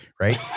right